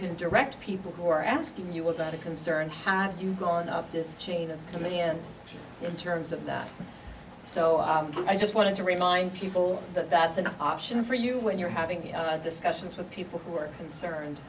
can direct people who are asking you without a concern how are you going up this chain of command in terms of that so i just wanted to remind people that that's an option for you when you're having discussions with people who are concerned